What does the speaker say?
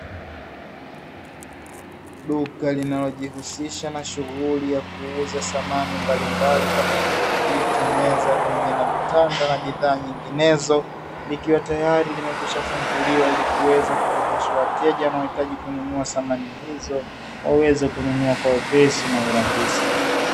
Duka linalojihusisha na shughuli ya kuuza samani mbalimbali kama vile viti, meza pamoja na vitanda na bidhaa nyinginezo, likiwa tayari limekwishafunguliwa ili kuweza kuruhusu wateja wanaohitaji kununua samani hizo, waweze kununua kwa wepesi na urahisi.